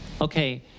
okay